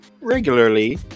regularly